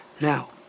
Now